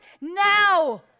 now